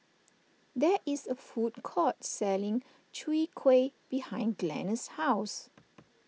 there is a food court selling Chwee Kueh behind Glenna's house